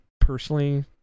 personally